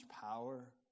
power